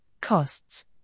costs